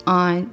on